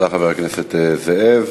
תודה, חבר הכנסת זאב.